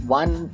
one